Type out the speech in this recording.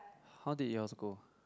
how did yours go